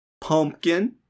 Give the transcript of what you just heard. pumpkin